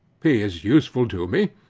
he is useful to me.